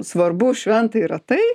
svarbu šventa yra tai